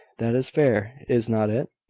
that is fair, is not it?